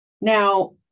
Now